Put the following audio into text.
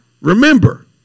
remember